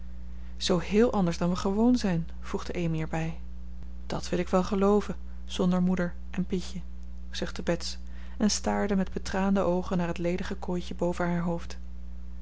zoo héél anders dan we gewoon zijn voegde amy er bij dat wil ik wel gelooven zonder moeder en pietje zuchtte bets en staarde met betraande oogen naar het ledige kooitje boven haar hoofd